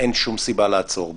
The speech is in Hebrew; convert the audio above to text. אין שום סיבה לעצור,